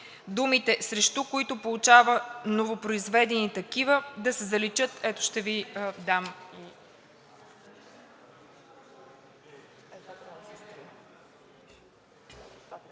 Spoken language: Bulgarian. думите „срещу които получава новопроизведени такива“ да се заличат. Ще Ви дам